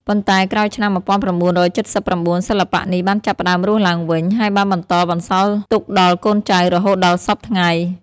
ប៉ុន្តែក្រោយឆ្នាំ១៩៧៩ សិល្បៈនេះបានចាប់ផ្ដើមរស់ឡើងវិញ ហើយបានបន្តបន្សល់ទុកដល់កូនចៅរហូតដល់សព្វថ្ងៃ។